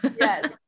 Yes